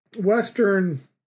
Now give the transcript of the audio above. Western